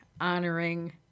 honoring